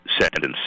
sentence